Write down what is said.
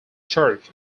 church